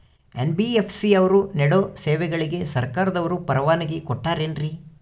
NBFC ಅವರು ನೇಡೋ ಸೇವೆಗಳಿಗೆ ಸರ್ಕಾರದವರು ಪರವಾನಗಿ ಕೊಟ್ಟಾರೇನ್ರಿ?